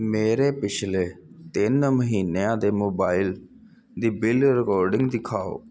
ਮੇਰੇ ਪਿਛਲੇ ਤਿੰਨ ਮਹੀਨਿਆਂ ਦੇ ਮੋਬਾਈਲ ਦੀ ਬਿਲ ਰੀਕੋਰਡਿੰਗ ਦਿਖਾਓ